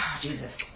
Jesus